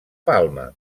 palma